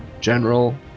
general